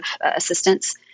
assistance